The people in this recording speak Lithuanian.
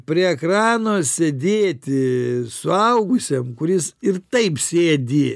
prie ekrano sėdėti suaugusiam kuris ir taip sėdi